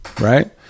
Right